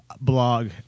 Blog